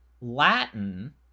Latin